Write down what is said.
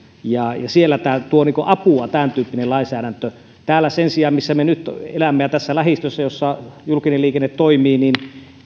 siellä tämäntyyppinen lainsäädäntö tuo apua sen sijaan täällä missä me nyt elämme ja tässä lähistöllä missä julkinen liikenne toimii